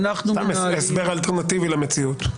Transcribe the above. הסבר אלטרנטיבי למציאות.